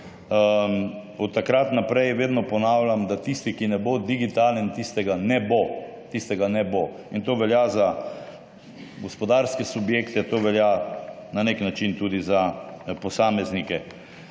Od takrat naprej vedno ponavljam, da tisti, ki ne bo digitalen, tistega ne bo. Tistega ne bo. In to velja za gospodarske subjekte, to velja na nek način tudi za posameznike.